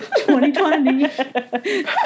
2020